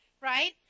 right